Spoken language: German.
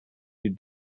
die